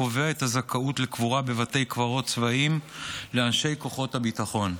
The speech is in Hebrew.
קובע את הזכאות לקבורה בבתי קברות צבאיים לאנשי כוחות הביטחון.